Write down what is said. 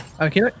Okay